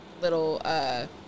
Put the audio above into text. little